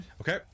Okay